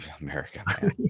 america